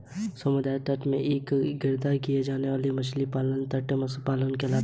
समुद्र तट के इर्द गिर्द किया जाने वाला मछली पालन तटीय मत्स्य पालन कहलाता है